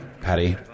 Patty